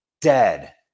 dead